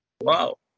Wow